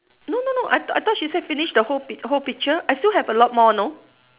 no no no I tho~ I thought she say finish the whole th~ whole picture I still have a lot more know